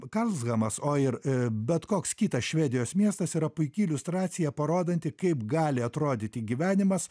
karlshamnas o ir bet koks kitas švedijos miestas yra puiki iliustracija parodanti kaip gali atrodyti gyvenimas